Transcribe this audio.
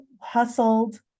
hustled